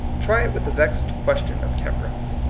try it with the vexed ques tion of temperance.